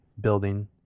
building